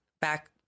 back